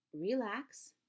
relax